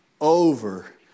over